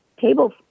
table